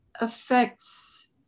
affects